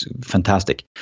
Fantastic